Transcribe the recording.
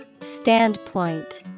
Standpoint